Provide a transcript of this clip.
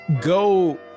go